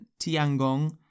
Tiangong